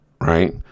Right